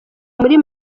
muri